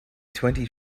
twenty